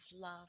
love